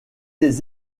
des